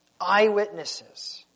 eyewitnesses